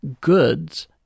goods